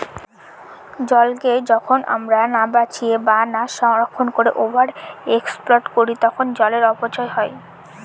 জলকে যখন আমরা না বাঁচিয়ে বা না সংরক্ষণ করে ওভার এক্সপ্লইট করি তখন জলের অপচয় হয়